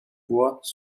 poids